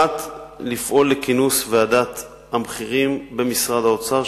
1. לפעול לכינוס ועדת המחירים במשרד האוצר,